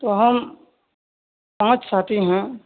تو ہم پانچ ساتھی ہیں